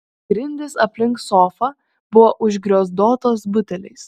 grindys aplink sofą buvo užgriozdotos buteliais